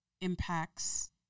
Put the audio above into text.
impacts